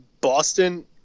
boston